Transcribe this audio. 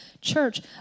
church